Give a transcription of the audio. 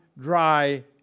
dry